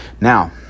now